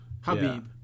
Habib